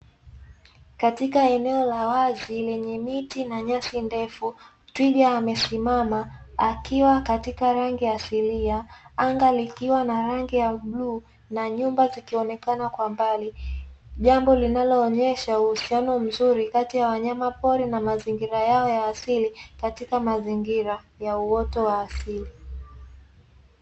Katika eneo la wazi lenye miti na nyasi ndefu twiga amesimama akiwa katika rangi asilia, anga likiwa na rangi ya bluu na nyumba zikionekana kwa mbali. Jambo linaloonyesha uhusiano mzuri kati ya wanyamapori na mazingira yao ya asili katika mazingira ya uoto wa asili.